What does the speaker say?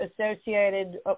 associated